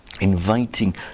inviting